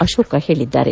ಅಶೋಕ ಹೇಳಿದ್ದಾರೆ